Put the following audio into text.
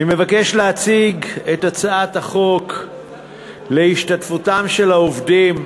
אני מבקש להציג את הצעת החוק להשתתפותם של העובדים,